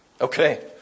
Okay